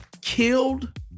killed